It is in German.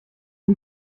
die